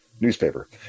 newspaper